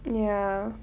ya